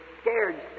scared